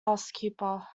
housekeeper